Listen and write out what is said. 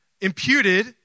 imputed